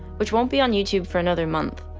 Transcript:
which won't be on youtube for another month.